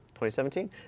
2017